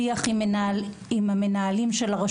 או שיח עם מנהלי הרשויות.